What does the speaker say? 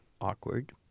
awkward